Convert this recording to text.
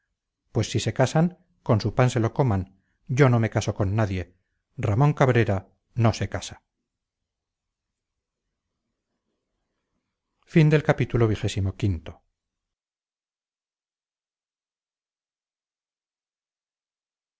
pues si se casan con su pan se lo coman yo no me caso con nadie ramón cabrera no se casa